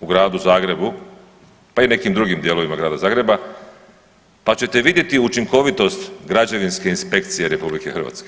u Gradu Zagrebu, pa i nekim drugim dijelovima Grada Zagreba pa ćete vidjeti učinkovitost građevinske inspekcije RH.